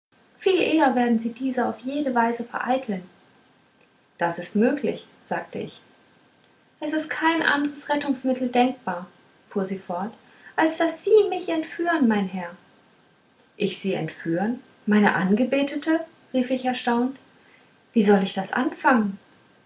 viel eher werden sie diese auf jede weise vereiteln das ist möglich sagte ich es ist kein anderes rettungsmittel denkbar fuhr sie fort als daß sie mich entführen mein herr ich sie entführen meine angebete rief ich erstaunt wie soll ich das anfangen